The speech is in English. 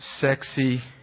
Sexy